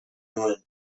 nuen